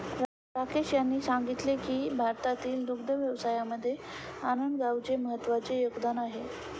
राकेश यांनी सांगितले की भारतातील दुग्ध व्यवसायामध्ये आनंद गावाचे महत्त्वाचे योगदान आहे